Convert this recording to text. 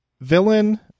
villain